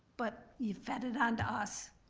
but you fed it onto us.